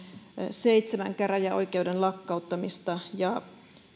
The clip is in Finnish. seitsemän käräjäoikeuden lakkauttamista ja